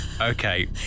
okay